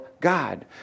God